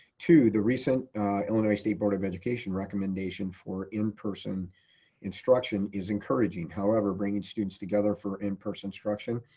two, the recent illinois state board of education recommendation for in-person instruction is encouraging. however, bringing students together for in-person instruction,